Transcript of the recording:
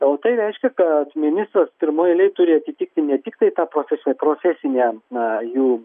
o tai reiškia kad ministras pirmoj eilėj turi atitikti ne tiktai ta profesinę profesinę na jų